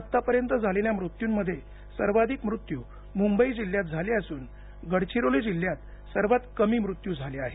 आत्तापर्यंत झालेल्या मृत्यूंमध्ये सर्वाधिक मूत्यू मुंबई जिल्ह्यात झाले असून गडचिरोली जिल्ह्यात सर्वात कमी मृत्यू झाले आहेत